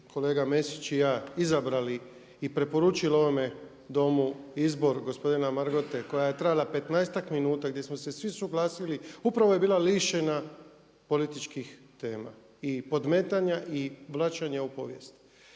kolega Mesić i ja izabrali i preporučili ovome Domu izbor gospodina Margote koja je trajala petnaestak minuta, gdje smo se svi suglasili upravo je bila lišena političkih tema i podmetanja i blaćenja u povijesti.